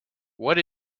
what